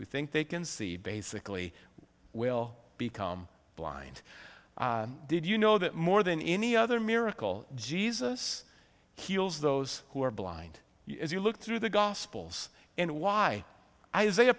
who think they can see basically will become blind did you know that more than any other miracle jesus heals those who are blind as you look through the gospels and why isa